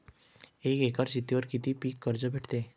एक एकर शेतीवर किती पीक कर्ज भेटते?